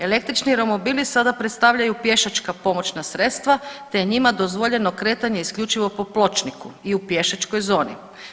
Električni romobili sada predstavljaju pješačka pomoćna sredstva, te je njima dozvoljeno kretanje isključivo po pločniku i u pješačkoj zoni.